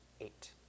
eight